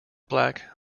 black